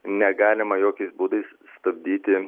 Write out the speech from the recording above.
negalima jokiais būdais stabdyti